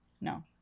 No